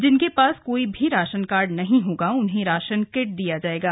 जिसके पास कोई भी राशन कार्ड नहीं होगा उन्हें राशन किट दिया जाएगा